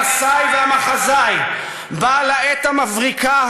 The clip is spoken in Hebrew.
המסאי והמחזאי בעל העט המבריקה,